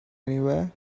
anywhere